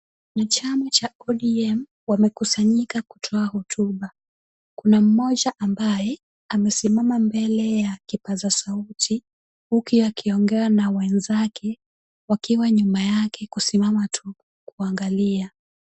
Chama cha ODM wamekusanyika kutoa hotuba. Kuna mmoja ambaye amesimama mbele ya kipazasauti huku akiongea na wenzake wakiwa nyuma yake kusimama tu kuangalia.